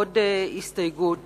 עוד הסתייגות